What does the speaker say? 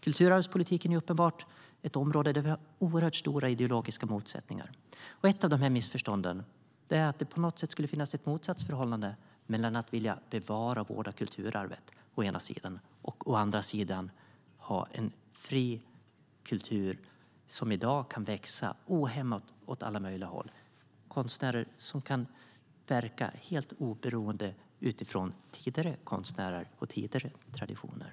Kulturarvspolitiken är uppenbart ett område där vi har oerhört stora ideologiska motsättningar. Ett av de missförstånden är att det på något sätt skulle finnas ett motsatsförhållande mellan att vilja bevara och vårda kulturarvet å ena sidan och å andra sidan att ha en fri kultur som i dag kan växa ohämmat åt alla möjliga håll, med konstnärer som kan verka helt oberoende utifrån tidigare konstnärer och tidigare traditioner.